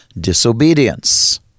disobedience